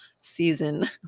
season